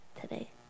today